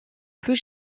plus